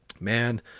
man